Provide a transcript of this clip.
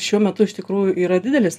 šiuo metu iš tikrųjų yra didelis